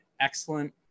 excellent